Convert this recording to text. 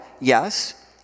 yes